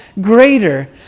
greater